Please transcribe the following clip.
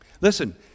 Listen